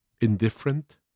indifferent